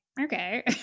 okay